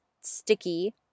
sticky